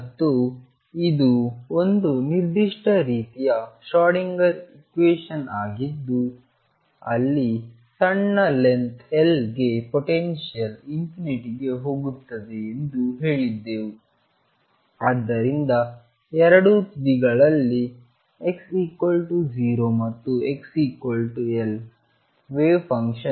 ಮತ್ತು ಇದು ಒಂದು ನಿರ್ದಿಷ್ಟ ರೀತಿಯ ಶ್ರೋಡಿಂಗರ್ ಇಕ್ವೇಶನ್ ಆಗಿದ್ದು ಅಲ್ಲಿ ಸಣ್ಣ ಲೆಂಥ್ L ಗೆ ಪೊಟೆನ್ಶಿಯಲ್ ∞ ಗೆ ಹೋಗುತ್ತದೆ ಎಂದು ಹೇಳಿದ್ದೆವು ಆದ್ದರಿಂದ ಎರಡು ತುದಿಗಳಲ್ಲಿ x0 ಮತ್ತು xL ವೇವ್ ಫಂಕ್ಷನ್ ψ 0 ಆಗುತ್ತದೆ